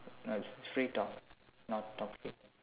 no it's free talk not talk free